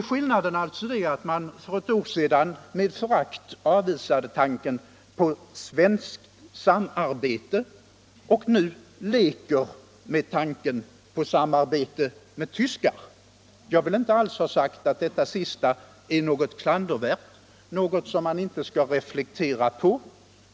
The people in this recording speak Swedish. Skillnaden är att man för ett år sedan med förakt avvisade tanken på svenskt samarbete och nu leker med tanken på samarbete med tyskar. Jag vill inte alls ha sagt att det sistnämnda är något klandervärt eller något som man inte skall reflektera på.